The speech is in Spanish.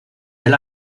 del